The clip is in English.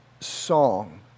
song